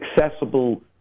accessible